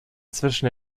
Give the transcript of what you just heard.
zwischen